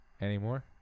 Anymore